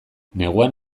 neguan